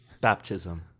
Baptism